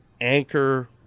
anchor